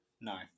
No